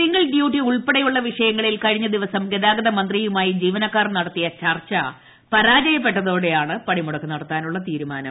single duty ഉൾപ്പെടെയുള്ള വിഷയങ്ങളിൽ കഴിഞ്ഞദിവസം ഗതാഗത മന്ത്രിയുമായി ജീവനക്കാർ നടത്തിയ ചർച്ച പരാജയപ്പെട്ടതോടെയാണ് പണിമുടക്ക് നടത്താനുള്ള തീരുമാനം